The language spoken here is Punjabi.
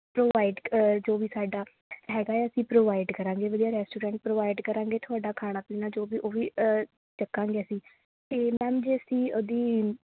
ਪ੍ਰੋਵਾਈਡ ਜੋ ਵੀ ਸਾਡਾ ਹੈਗਾ ਆ ਅਸੀਂ ਪ੍ਰੋਵਾਈਡ ਕਰਾਂਗੇ ਵਧੀਆ ਰੈਸਟੋਰੈਂਟ ਪ੍ਰੋਵਾਈਡ ਕਰਾਂਗੇ ਤੁਹਾਡਾ ਖਾਣਾ ਪੀਣਾ ਜੋ ਵੀ ਉਹ ਵੀ ਚੱਕਾਗੇ ਅਸੀਂ ਅਤੇ ਮੈਮ ਜੇ ਅਸੀਂ ਉਹਦੀ